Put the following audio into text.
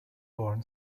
born